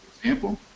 example